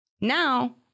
Now